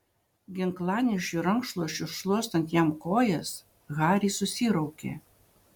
ginklanešiui rankšluosčiu šluostant jam kojas haris susiraukė